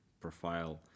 profile